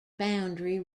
boundary